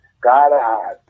God